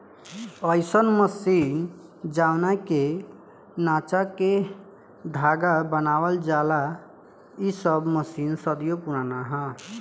अईसन मशीन जवना के नचा के धागा बनावल जाला इ सब मशीन सदियों पुराना ह